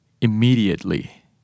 immediately